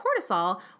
cortisol